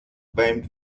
beim